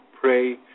pray